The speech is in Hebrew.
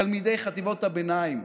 תלמידי חטיבות הביניים,